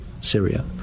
Syria